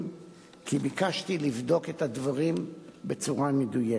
כי ביקשתי לבדוק את הדברים בצורה מדויקת.